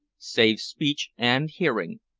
save speech and hearing,